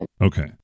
Okay